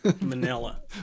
Manila